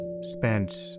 spent